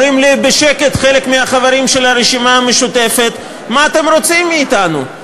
אומרים לי בשקט חלק מהחברים של הרשימה המשותפת: מה אתם רוצים מאתנו?